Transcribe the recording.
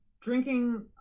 drinking